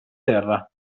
terra